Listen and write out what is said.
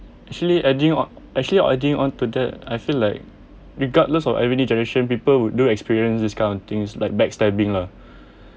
actually adding on actually adding on to that I feel like regardless of any generation people would do experience this kind of things like backstabbing lah